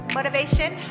Motivation